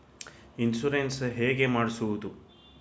Insurance ಹೇಗೆ ಮಾಡಿಸುವುದು?